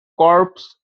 corpse